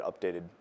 updated